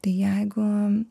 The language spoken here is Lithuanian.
tai jeigu